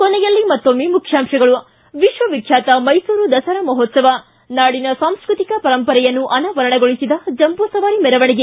ಕೊನೆಯಲ್ಲಿ ಮತ್ತೊಮ್ಮೆ ಮುಖ್ಯಾಂಶಗಳು ಿ ವಿಶ್ವ ವಿಖ್ವಾತ ಮೈಸೂರು ದಸರಾ ಮಹೋತ್ಸವ ನಾಡಿನ ಸಾಂಸ್ಕೃತಿಕ ಪರಂಪರೆಯನ್ನು ಅನಾವರಣಗೊಳಿಸಿದ ಜಂಬೂ ಸವಾರಿ ಮೆರವಣಿಗೆ